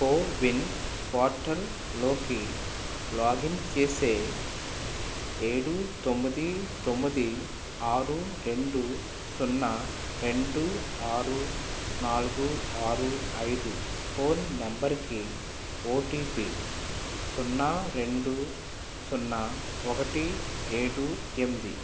CoWIN portal లోకి login చేసే ఏడు తొమ్మిది తొమ్మిది ఆరు రెండు సున్న రెండు ఆరు నాలుగు ఆరు ఐదు ఫోన్ నంబరుకి ఓటిపి సున్న రెండు సున్న ఒకటి ఏడు ఎంది